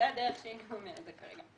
זו הדרך שלי לממן את זה כרגע.